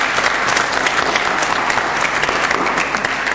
(מחיאות כפיים)